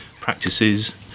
practices